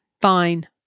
Fine